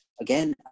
again